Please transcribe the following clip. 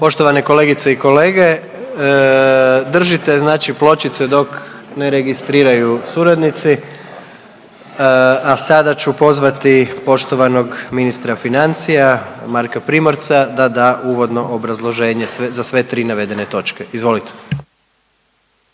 Poštovane kolegice i kolege držite znači pločice dok ne registriraju suradnici, a sada ću pozvati poštovanog ministra financija Marka Primorca da da uvodno obrazloženje za sve tri navedene točke. Izvolite.